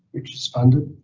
which is funded.